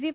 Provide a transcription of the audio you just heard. V